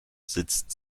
sitzt